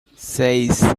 seis